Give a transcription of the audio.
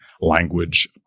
language